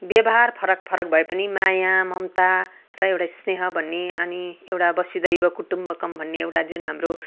व्यवहार फरक फरक भए पनि माया ममता र एउटा स्नेह भन्ने अनि एउटा वसुधैव कुटुम्बकम् भन्ने एउटा जुन हाम्रो